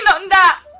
and and